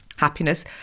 happiness